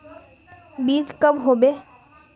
बीज कब होबे?